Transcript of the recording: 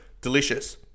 delicious